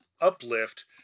uplift